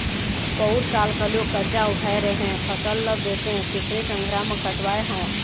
पउर साल घलोक करजा उठाय रेहेंव, फसल ल बेचेंव तेखरे संघरा म कटवाय हँव